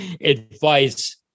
advice